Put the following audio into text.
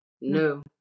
no